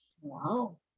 Wow